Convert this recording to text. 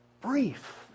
brief